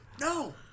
no